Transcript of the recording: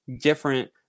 different